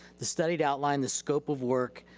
the study outlined the scope of work,